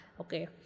okay